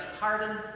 pardon